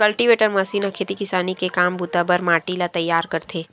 cultivator machine ह खेती किसानी के काम बूता बर माटी ल तइयार करथे